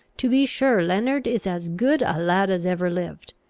to be sure, leonard is as good a lad as ever lived.